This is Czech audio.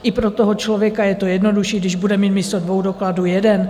I pro toho člověka je to jednodušší, když bude mít místo dvou dokladů jeden.